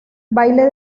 baile